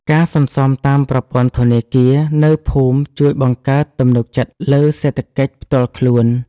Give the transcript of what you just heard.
ការសន្សុំតាមប្រព័ន្ធធនាគារនៅភូមិជួយបង្កើតទំនុកចិត្តលើសេដ្ឋកិច្ចផ្ទាល់ខ្លួន។